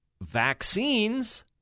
vaccines